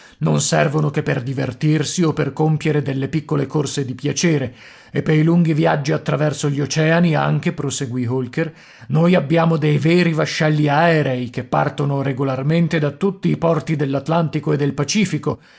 non servono che per divertirsi o per compiere delle piccole corse di piacere e pei lunghi viaggi attraverso gli oceani anche proseguì holker noi abbiamo dei veri vascelli aerei che partono regolarmente da tutti i porti dell'atlantico e del pacifico